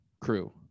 crew